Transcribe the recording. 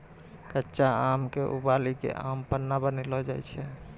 कच्चा आम क उबली कॅ आम पन्ना बनैलो जाय छै